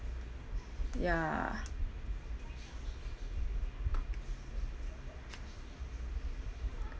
ya